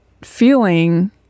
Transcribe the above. feeling